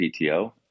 PTO